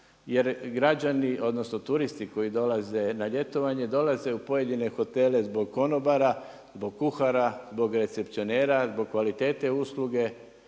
jer građani odnosno turisti koji dolaze na ljetovanje dolaze u pojedine hotele zbog konobara, zbog kuhara, zbog recepcionera, zbog kvalitete usluge,